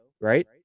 right